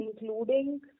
including